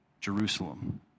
Jerusalem